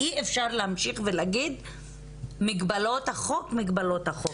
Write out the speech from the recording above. אי אפשר להמשיך ולהגיד מגבלות החוק ומגבלות החוק.